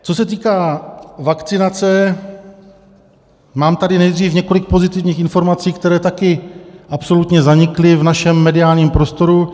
Co se týká vakcinace, mám tady nejdřív několik pozitivních informací, které také absolutně zanikly v našem mediálním prostoru.